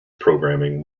programming